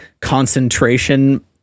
concentration